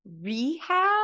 rehab